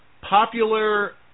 popular